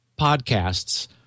podcasts